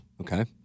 Okay